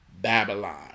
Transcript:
Babylon